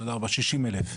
תודה רבה, ששים אלף.